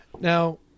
Now